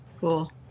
Cool